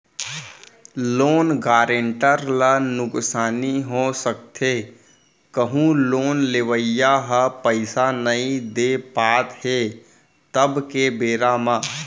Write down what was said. loan guarantor ल नुकसानी हो सकथे कहूँ लोन लेवइया ह पइसा नइ दे पात हे तब के बेरा म